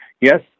Yes